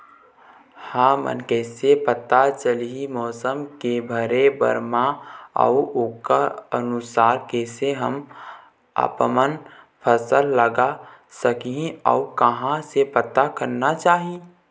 हमन कैसे पता चलही मौसम के भरे बर मा अउ ओकर अनुसार कैसे हम आपमन फसल लगा सकही अउ कहां से पता करना चाही?